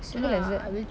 still not exact